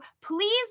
Please